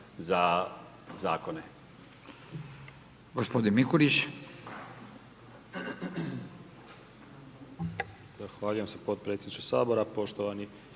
za zakone.